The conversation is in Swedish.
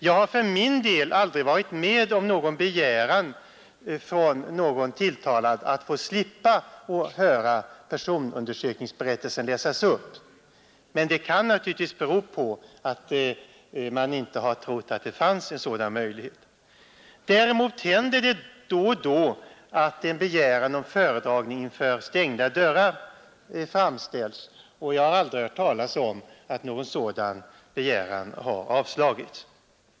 Jag har för min del aldrig varit med om en begäran från någon tilltalad att slippa att höra personundersökningsberättelsen läsas upp, men det kan naturligtvis bero på att man inte har trott att det fanns en sådan möjlighet. Däremot händer det då och då att en begäran om föredragning inom stängda dörrar framställes, och jag har aldrig hört talas om att en sådan begäran har avslagits.